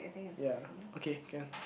ya okay can